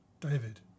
david